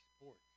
sports